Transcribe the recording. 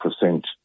percent